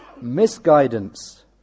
misguidance